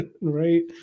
Right